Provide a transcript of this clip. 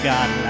God